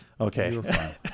Okay